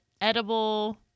edible